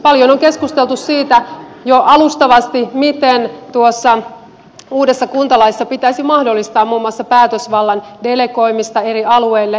paljon on keskusteltu siitä jo alustavasti miten tuossa uudessa kuntalaissa pitäisi mahdollistaa muun muassa päätösvallan delegoimista eri alueille